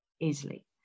easily